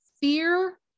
fear